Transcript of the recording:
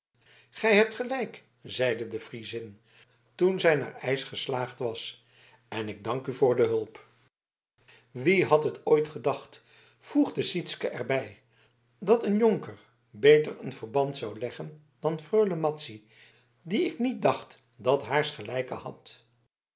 gij hebt gelijk zeide de friezin toen zij naar eisch geslaagd was en ik dank u voor de hulp wie had het ooit gedacht voegde sytsken er bij dat een jonker beter een verband zou leggen dan freule madzy die ik niet dacht dat haars gelijke had